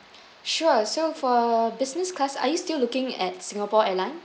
sure so for business class are you still looking at singapore airlines